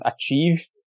achieve